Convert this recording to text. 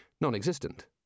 non-existent